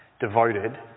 devoted